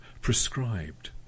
prescribed